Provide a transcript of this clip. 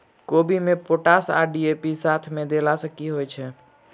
कोबी मे पोटाश आ डी.ए.पी साथ मे देला सऽ की होइ छै?